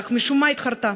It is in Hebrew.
אך משום מה התחרטה.